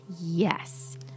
Yes